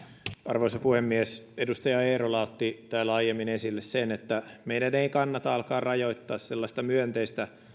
arvoisa puhemies edustaja eerola otti täällä aiemmin esille sen että meidän ei kannata alkaa rajoittaa sellaista myönteistä